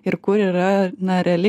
ir kur yra na reali